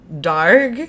dark